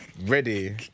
Ready